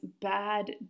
bad